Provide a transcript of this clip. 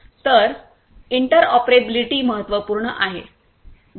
तर इंटरऑपरेबिलिटी महत्त्वपूर्ण आहे